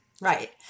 Right